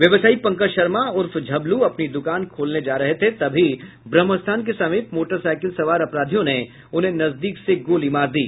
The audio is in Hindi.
व्यवसायी पंकज शर्मा उर्फ झब्लू अपनी दुकान खोलने जा रहे थे तभी ब्रह्मस्थान के समीप मोटरसाइकिल सवार अपराधियों ने उन्हें नजदीक से गोली मार दी